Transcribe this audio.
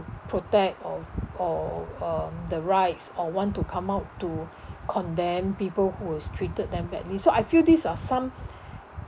protect of or um the rights or want to come out to condemn people who has treated them badly so I feel this are some